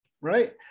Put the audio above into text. right